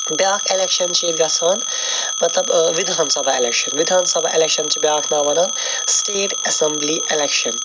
بیاکھ ایٚلیٚکشَن چھ ییٚتہِ گَژھان مَطلَب وِدھان سَبا الیکشَن مَطلَب وِدھان سَبا ایٚلیٚکشَن چھ بیاکھ ناو ونان سٹیٹ اسمبلی الیکشَن